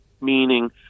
meaning